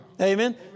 Amen